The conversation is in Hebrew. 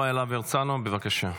חבר הכנסת יוראי להב הרצנו, בבקשה.